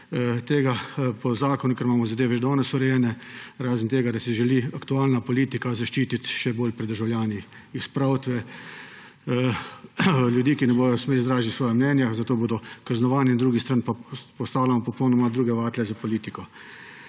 ni po zakonu, ker imamo zadeve že danes urejene, razen tega, da se želi aktualna politika zaščititi še bolj pri državljanih, jih spravit v … Ljudje ne bodo smeli izražati svoja mnenja – za to bodo kaznovani. Na drugi strani pa postavljamo popolnoma druge vatle za politiko.